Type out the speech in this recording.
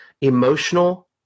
emotional